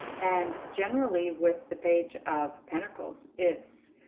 and generally with the page of pentacles. it's